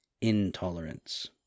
intolerance